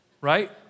Right